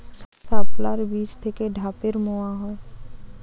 শাপলার বীজ থেকে ঢ্যাপের মোয়া হয়?